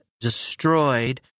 destroyed